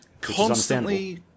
constantly